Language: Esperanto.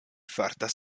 fartas